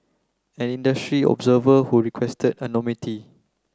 an industry observer who requested anonymity